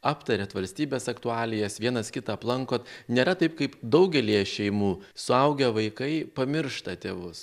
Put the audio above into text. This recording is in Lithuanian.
aptariat valstybės aktualijas vienas kitą aplankot nėra taip kaip daugelyje šeimų suaugę vaikai pamiršta tėvus